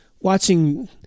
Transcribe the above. watching